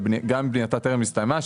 גם אם בנייתה טרם הסתיימה,